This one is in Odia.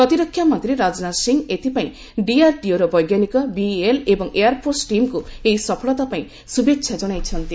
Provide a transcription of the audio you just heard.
ପ୍ରତିରକ୍ଷାମନ୍ତ୍ରୀ ରାଜନାଥ ସିଂ ଏଥିପାଇଁ ଡିଆରଡିଓର ବୈଜ୍ଞାନିକ ବିଇଏଲ ଏବଂ ଏୟାରଫୋର୍ସ ଟିମ୍କୁ ଏହି ସଫଳତା ପାଇଁ ଶୁଭେଚ୍ଛା ଜଣାଇଛନ୍ତି